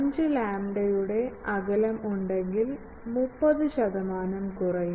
5 ലാംഡയുടെ അകലം ഉണ്ടെങ്കിൽ 30 ശതമാനം കുറയും